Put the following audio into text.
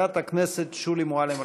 חברת הכנסת שולי מועלם-רפאלי.